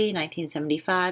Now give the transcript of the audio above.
1975